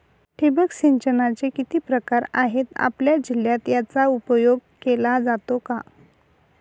ठिबक सिंचनाचे किती प्रकार आहेत? आपल्या जिल्ह्यात याचा उपयोग केला जातो का?